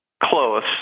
close